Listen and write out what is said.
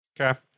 Okay